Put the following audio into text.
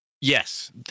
yes